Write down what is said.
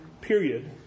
period